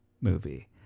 movie